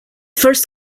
first